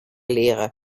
lehre